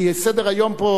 כי סדר-היום פה,